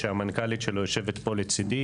שהמנכ"לית שלו יושבת פה לצידי,